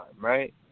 right